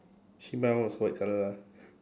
actually mine also white colour lah